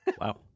Wow